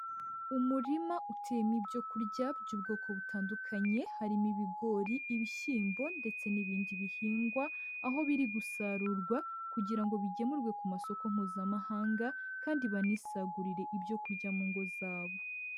Umurima uteyemo ibyo kurya by'ubwoko butandukanye, harimo: ibigori, ibishyimbo ndetse n'ibindi bihingwa, aho biri gusarurwa kugira ngo bigemurwe ku masoko Mpuzamahanga, kandi banisagurire ibyo kurya mu ngo zabo.